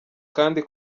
kandi